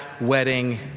wedding